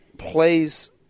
plays